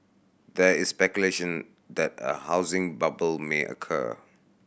there is speculation that a housing bubble may occur